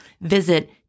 Visit